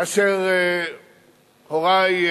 כאשר הורי,